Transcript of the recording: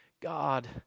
God